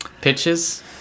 Pitches